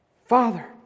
Father